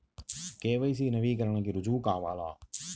KYC నవీకరణకి రుజువు కావాలా?